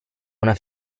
una